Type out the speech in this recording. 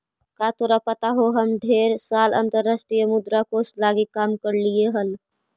का तोरा पता हो हम ढेर साल अंतर्राष्ट्रीय मुद्रा कोश लागी काम कयलीअई हल